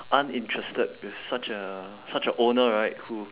uninterested with such a such a owner right who